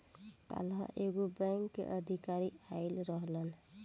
काल्ह एगो बैंक के अधिकारी आइल रहलन